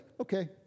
okay